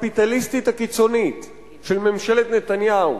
הקפיטליסטית הקיצונית של ממשלת נתניהו